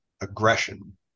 aggression